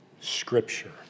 Scripture